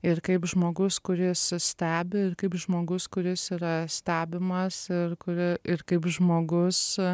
ir kaip žmogus kuris stebi ir kaip žmogus kuris yra stebimas ir kuri ir kaip žmogus